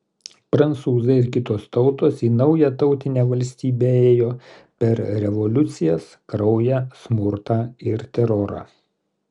prancūzai ir kitos tautos į naują tautinę valstybę ėjo per revoliucijas kraują smurtą ir terorą